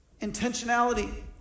Intentionality